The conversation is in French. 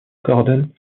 gordon